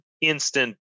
instant